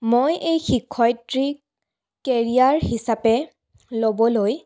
মই এই শিক্ষয়িত্ৰী কেৰিয়াৰ হিচাপে ল'বলৈ